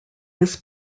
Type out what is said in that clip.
this